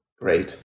Great